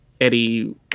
eddie